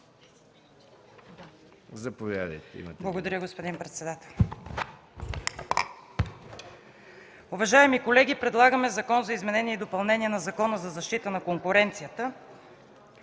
НИНОВА (КБ): Благодаря, господин председател. Уважаеми колеги, предлагаме Закон за изменение и допълнение на Закона за защита на конкуренцията.